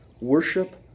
Worship